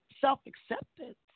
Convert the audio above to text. self-acceptance